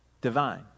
divine